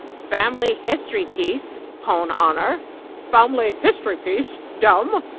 family history piece, pon honour family history piece, damme!